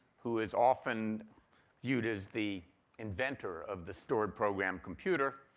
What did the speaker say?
who is often viewed as the inventor of the stored program computer.